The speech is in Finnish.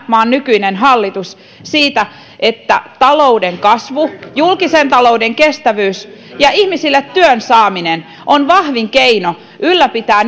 maan nykyinen hallitus siitä että talouden kasvu julkisen talouden kestävyys ja ihmisille työn saaminen on vahvin keino ylläpitää